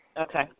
Okay